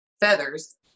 feathers